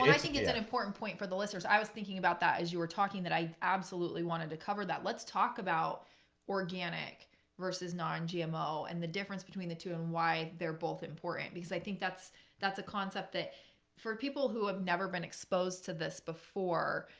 i think it's an important point for the listeners, i was thinking about that as you were talking that i absolutely wanted to cover that. let's talk about organic versus non-gmo and the difference between the two and why they're both important. because i think that's that's a concept that for people who have never been exposed to this before.